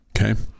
Okay